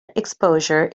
exposure